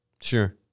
Sure